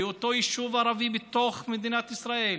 באותו יישוב ערבי בתוך מדינת ישראל,